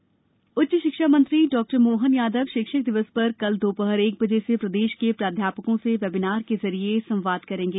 शिक्षक दिवस सम्मान उच्च शिक्षा मंत्री डॉ मोहन यादव शिक्षक दिवस पर कल दोपहर एक बजे से प्रदेश के प्राध्यापकों से वेबिनार के जरिये संवाद करेंगे